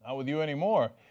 ah with you anymore.